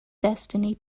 destiny